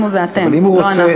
אנחנו זה אתם, לא אנחנו.